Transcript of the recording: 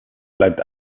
bleibt